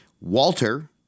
walter